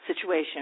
situation